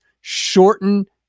shorten